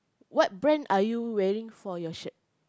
what brand are you wearing for your shirt